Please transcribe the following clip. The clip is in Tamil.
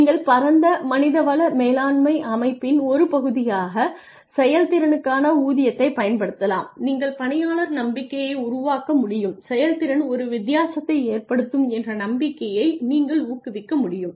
நீங்கள் பரந்த மனிதவள மேலாண்மை அமைப்பின் ஒரு பகுதியாகச் செயல்திறனுக்கான ஊதியத்தைப் பயன்படுத்தலாம் நீங்கள் பணியாளர் நம்பிக்கையை உருவாக்க முடியும் செயல்திறன் ஒரு வித்தியாசத்தை ஏற்படுத்தும் என்ற நம்பிக்கையை நீங்கள் ஊக்குவிக்க முடியும்